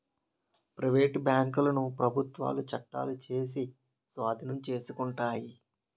private బ్యాంకులను ప్రభుత్వాలు చట్టాలు చేసి స్వాధీనం చేసుకుంటాయి